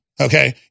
okay